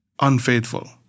unfaithful